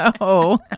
No